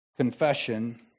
Confession